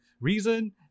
reason